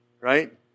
Right